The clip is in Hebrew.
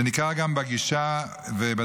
זה ניכר גם בגישה ובדרך,